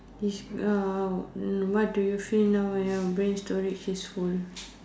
it's uh mm what do you feel now when your brain storage is full